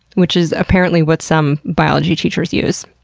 which is apparently what some biology teachers use.